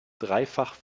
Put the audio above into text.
dreifach